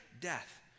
death